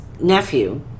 nephew